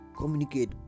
communicate